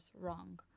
wrong